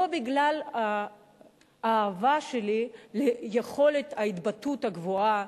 לא בגלל האהבה שלי ליכולת ההתבטאות הגבוהה,